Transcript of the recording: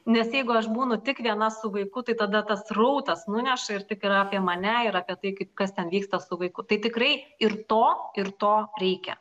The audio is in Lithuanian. nes jeigu aš būnu tik viena su vaiku tai tada tas srautas nuneša ir tik yra apie mane ir apie tai kaip kas ten vyksta su vaiku tai tikrai ir to ir to reikia